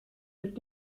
mit